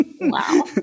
Wow